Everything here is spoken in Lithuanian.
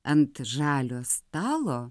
ant žalio stalo